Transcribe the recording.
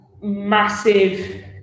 massive